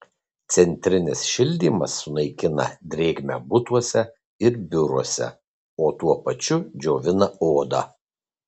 centrinis šildymas sunaikina drėgmę butuose ir biuruose o tuo pačiu džiovina odą